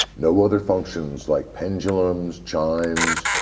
no other functions like pendulums, chimes,